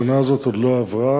השנה הזאת עוד לא עברה.